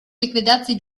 ликвидации